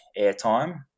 airtime